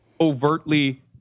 overtly